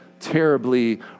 terribly